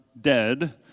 dead